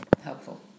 helpful